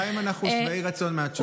בינתיים אנחנו שבעי רצון מהתשובה.